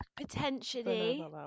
Potentially